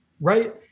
right